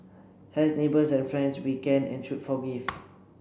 as neighbours and friends we can and should forgive